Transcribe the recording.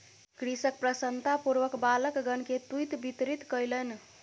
कृषक प्रसन्नतापूर्वक बालकगण के तूईत वितरित कयलैन